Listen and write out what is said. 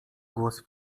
głos